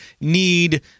need